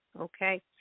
okay